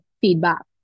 feedback